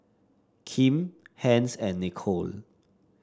Kim Hence and Nicolle